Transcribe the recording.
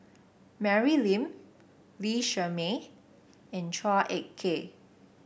Mary Lim Lee Shermay and Chua Ek Kay